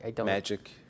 Magic